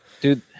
dude